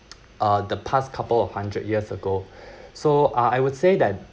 uh the past couple of hundred years ago so uh I would say that